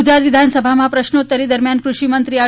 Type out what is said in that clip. ગુજરાત વિધાનસભામા પ્રશ્નોતરી દરમિયાન કૃષિમંત્રી આર